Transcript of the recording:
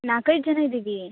ನಾಲ್ಕು ಐದು ಜನ ಇದ್ದೀವಿ